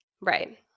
Right